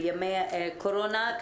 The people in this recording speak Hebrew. בימי קורונה,